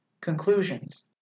Conclusions